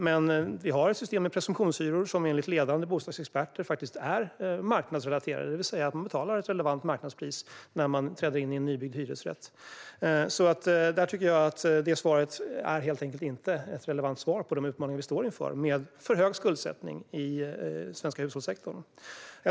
Men vi har ett system med presumtionshyror som enligt ledande bostadsexperter faktiskt är marknadsrelaterat, det vill säga man betalar ett relevant marknadspris när man träder in i en nybyggd hyresrätt. Det svaret är därför inte ett relevant svar på de utmaningar vi står inför med för hög skuldsättning i svenska hushållssektorn.